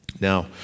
Now